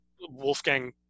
Wolfgang